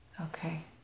Okay